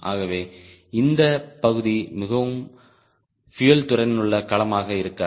ஆகவே இந்த பகுதி மிகவும் பியூயல் திறனுள்ள களமாக இருக்காது